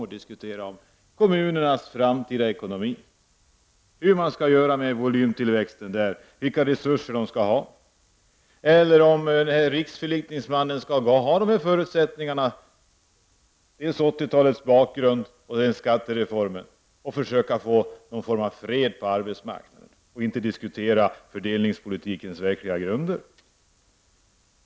Det gäller exempelvis frågan om kommunernas framtida ekonomi, hur man skall göra med volymtillväxten och vilka resurser kommunerna skall ha. Det gäller också frågan om riksförlikningsmannen för sitt arbete bara skall ha som förutsättningar 1980-talets bakgrund och skattereformen och försöka få till stånd någon form av fred på arbetsmarknaden och inte diskutera fördelningspolitikens verkliga grunder.